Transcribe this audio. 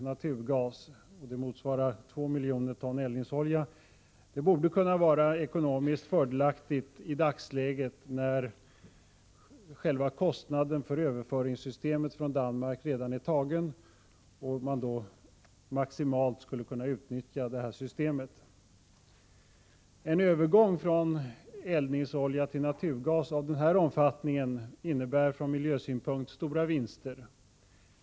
naturgas — det motsvarar 2 miljoner ton eldningsolja — borde kunna vara ekonomiskt fördelaktigt i dagsläget då själva kostnaden för överföringssystemet från Danmark redan är antagen och man skulle kunna utnyttja systemet maximalt. En övergång från eldningsolja till naturgas av denna omfattning innebär från miljösynpunkt stora vinster.